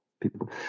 people